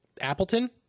Appleton